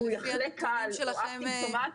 אם הוא יחלה קל או א-סימפטומטי,